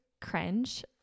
cringe